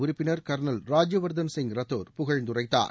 உறப்பினர் colonel Rajyavardhan Singh Rathore புகழ்ந்துரைத்தார்